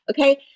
Okay